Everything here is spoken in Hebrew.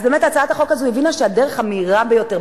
אז באמת הצעת החוק הזאת הבינה שהדרך המהירה ביותר,